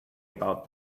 about